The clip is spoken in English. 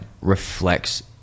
reflects